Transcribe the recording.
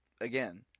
again